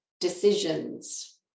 decisions